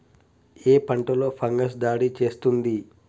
ఏ పంటలో ఫంగస్ దాడి చేస్తుంది?